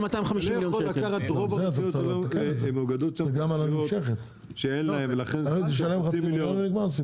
אתה לא יכול לקחת רשויות שאין להן ולשלם חצי מיליון.